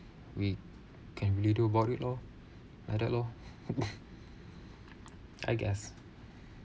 we can really do about it lor like that lor I guess